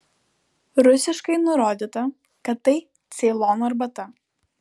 rusiškai nurodyta kad tai ceilono arbata